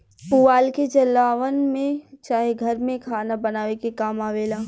पुआल के जलावन में चाहे घर में खाना बनावे के काम आवेला